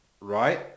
Right